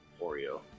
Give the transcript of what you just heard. oreo